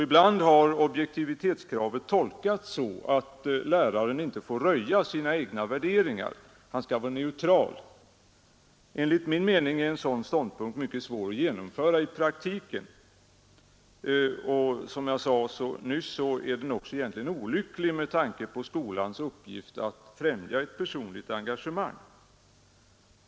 Ibland har objektivitetskravet tolkats så att läraren inte får röja sina egna värderingar. Han skall vara neutral. Enligt min mening är en sådan ståndpunkt mycket svår att genomföra i praktiken. Och som jag nyss sade är den också olycklig med tanke på skolans uppgift att främja personligt engagemang.